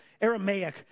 Aramaic